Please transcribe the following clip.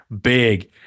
big